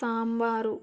sambar